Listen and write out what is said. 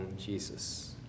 Jesus